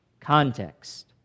Context